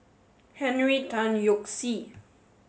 Henry Tan Yoke See